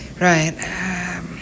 Right